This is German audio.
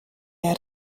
der